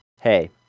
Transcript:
hey